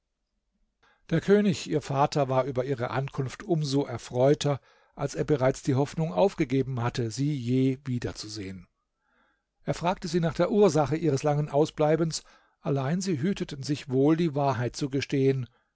der könig ihr vater war über ihre ankunft um so erfreuter als er bereits die hoffnung aufgegeben hatte sie je wieder zu sehen er fragte sie nach der ursache ihres langen ausbleibens allein sie hüteten sich wohl die wahrheit zu gestehen